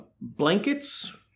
blankets